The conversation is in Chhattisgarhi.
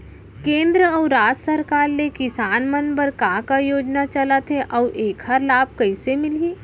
केंद्र अऊ राज्य सरकार ले किसान मन बर का का योजना चलत हे अऊ एखर लाभ कइसे मिलही?